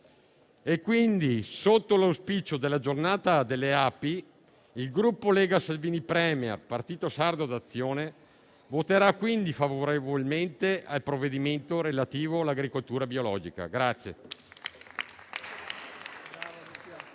Quindi, sotto l'auspicio della Giornata mondiale delle api, il Gruppo Lega-Salvini Premier-Partito Sardo d'Azione voterà favorevolmente al provvedimento relativo all'agricoltura biologica.